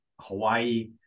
Hawaii